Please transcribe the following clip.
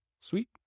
Sweet